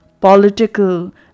political